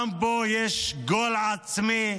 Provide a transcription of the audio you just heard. גם פה יש גול עצמי.